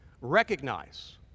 recognize